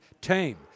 Tame